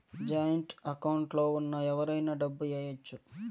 joint account లో ఉన్న ఎవరైనా డబ్బు ఏయచ్చు